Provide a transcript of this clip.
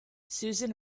susan